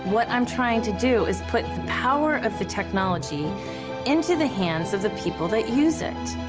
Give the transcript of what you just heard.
what i'm trying to do is put the power of the technology into the hands of the people that use it.